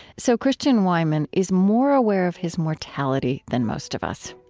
so christian wiman is more aware of his mortality than most of us,